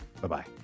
Bye-bye